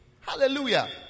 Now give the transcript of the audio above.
Hallelujah